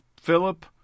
Philip